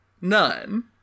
None